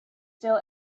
still